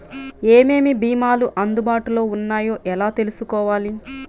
ఏమేమి భీమాలు అందుబాటులో వున్నాయో ఎలా తెలుసుకోవాలి?